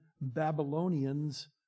Babylonians